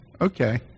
okay